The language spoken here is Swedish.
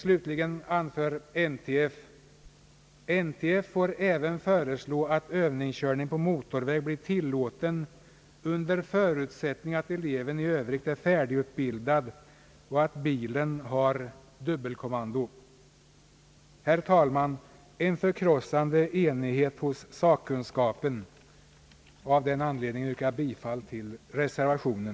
Slutligen anför Nationalföreningen för trafiksäkerhetens främjande: »NTF får även föreslå att övningskörning på motorväg blir tillåten under förutsättning att eleven för övrigt är färdigutbildad och att bilen har dubbelkommando.» Herr talman! En förkrossande enighet hos sakkunskapen! Av den anledningen yrkar jag bifall till reservationen,